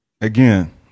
again